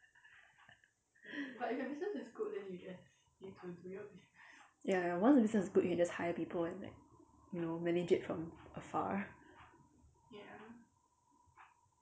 ya once the business is good you can just hire people and like you know manage it from afar